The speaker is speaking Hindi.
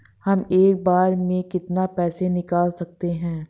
हम एक बार में कितनी पैसे निकाल सकते हैं?